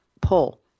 pull